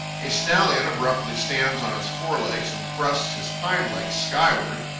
a stallion abruptly stands on his forelegs and thrusts his hind legs skyward.